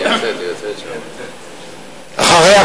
אחריה,